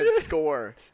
score